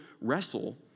wrestle